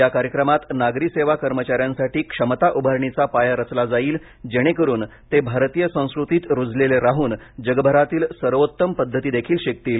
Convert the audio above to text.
या कार्यक्रमात नागरी सेवा कर्मचाऱ्यांसाठी क्षमता उभारणीचा पाया रचला जाईल जेणेकरुन ते भारतीय संस्कृतीत रुजलेले राहून जगभरातील सर्वोत्तम पद्धती देखील शिकतील